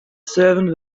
servant